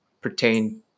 pertain